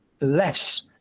less